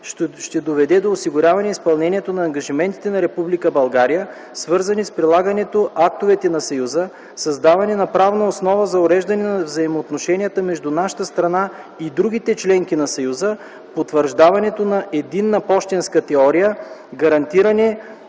ще доведе до: осигуряване изпълнението на ангажиментите на Република България, свързани с прилагането актовете на съюза; създаване на правна основа за уреждане на взаимоотношенията между нашата страна и другите членки на съюза; потвърждаването на единна пощенска теория; гарантиране